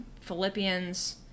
Philippians